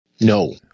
no